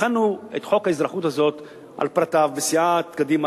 הכנו את חוק האזרחות הזה על פרטיו בסיעת קדימה,